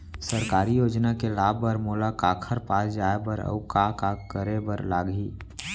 सरकारी योजना के लाभ बर मोला काखर पास जाए बर अऊ का का करे बर लागही?